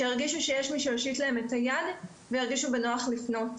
שירגישו שמישהו שמושיט להם את היד וירגישו בנוח לפנות,